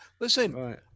Listen